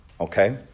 okay